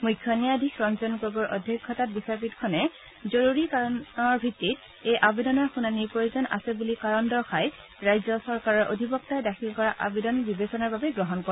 মুখ্য ন্যায়াধীশ ৰঞ্জন গগৈৰ অধ্যক্ষতাত বিচাৰপীঠখনে জৰুৰী কাৰণৰ ভিত্তিত এই আবেদনৰ শুনানিৰ প্ৰয়োজন আছে বুলি কাৰণ দৰ্শহি ৰাজ্য চৰকাৰৰ অধিবক্তাই দাখিল কৰা আবেদন বিবেচনাৰ বাবে গ্ৰহণ কৰে